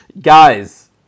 Guys